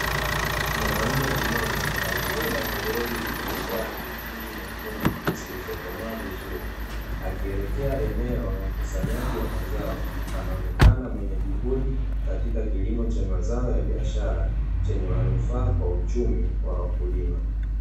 Mwanamme mmoja aliyebeba toroli lililojaa pilipili nyekundu zilizokomaa vizuri, akielekea eneo la ukusanyaji wa mazao, anaonekana mwenye juhudi katika kilimo cha mazao ya biashara, chenye manufaa kwa uchumi wa wakulima.